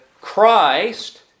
Christ